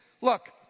Look